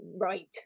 right